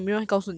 讲